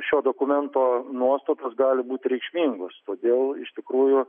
šio dokumento nuostatos gali būti reikšmingos todėl iš tikrųjų